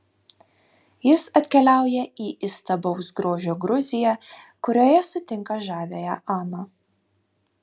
jis atkeliauja į įstabaus grožio gruziją kurioje sutinka žaviąją aną